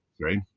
right